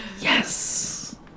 Yes